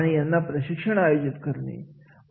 आणि यांना प्रशिक्षण आयोजित करावे